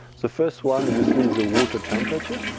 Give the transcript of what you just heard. so first one obviously, the water temperature.